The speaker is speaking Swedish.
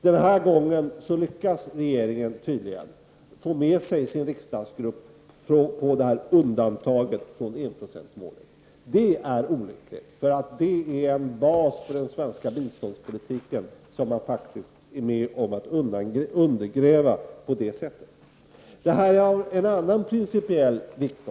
Den här gången lyckas regeringen tydligen få med sig sin riksdagsgrupp på undantaget från enprocentsmålet. Det är olyckligt, för det är en bas för den svenska biståndspolitiken som man på det sättet faktiskt är med om att undergräva. Det här är också av en annan principiell vikt .